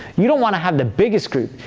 you don't want to have the biggest group.